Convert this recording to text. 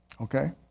Okay